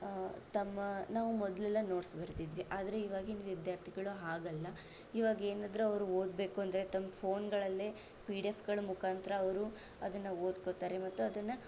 ತಮ್ಮ ನಾವು ಮೊದಲೆಲ್ಲ ನೋಟ್ಸ್ ಬರೀತಿದ್ವಿ ಆದರೆ ಇವಾಗಿನ ವಿದ್ಯಾರ್ಥಿಗಳು ಹಾಗಲ್ಲ ಇವಾಗ ಏನಾದರೂ ಅವರು ಓದಬೇಕೂಂದ್ರೆ ತಮ್ಮ ಫ಼ೋನ್ಗಳಲ್ಲೇ ಪಿ ಡಿ ಎಫ್ಗಳ ಮುಖಾಂತರ ಅವರು ಅದನ್ನು ಓದ್ಕೋತಾರೆ ಮತ್ತು ಅದನ್ನು